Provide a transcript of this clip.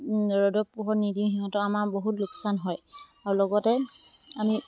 ৰ'দৰ পোহৰ নিদি সিহঁতৰ আমাৰ বহুত লোকচান হয় আৰু লগতে আমি